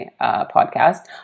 podcast